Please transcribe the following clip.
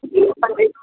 ਹਾਂਜੀ